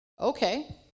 Okay